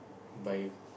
by